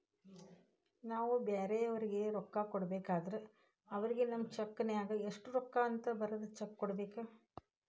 ನಾವು ಬ್ಯಾರೆಯವರಿಗೆ ರೊಕ್ಕ ಕೊಡಬೇಕಾದ್ರ ಅವರಿಗೆ ನಮ್ಮ ಚೆಕ್ ನ್ಯಾಗ ಎಷ್ಟು ರೂಕ್ಕ ಅಂತ ಬರದ್ ಚೆಕ ಕೊಡಬೇಕ